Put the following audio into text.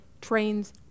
trains